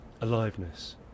aliveness